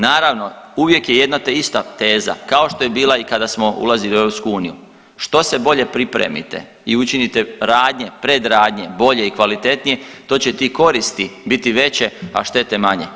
Naravno uvijek je jedna te ista teza, kao što je bila i kada smo ulazili u EU, što se bolje pripremite i učinite radnje, predradnje bolje i kvalitetnije to će ti koristi biti veće, a štete manje.